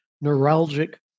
neuralgic